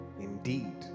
indeed